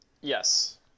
Yes